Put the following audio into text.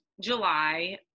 July